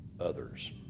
others